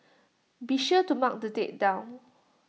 be sure to mark the date down